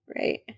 Right